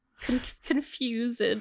confused